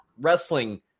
wrestling